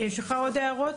יש לך עוד הערות?